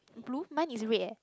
blue mine is red eh